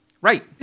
Right